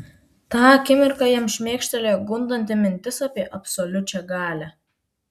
tą akimirką jam šmėkštelėjo gundanti mintis apie absoliučią galią